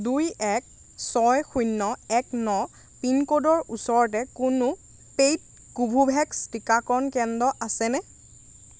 দুই এক ছয় শূন্য এক ন পিনক'ডৰ ওচৰতে কোনো পে'ইড কোভোভেক্স টিকাকৰণ কেন্দ্ৰ আছেনে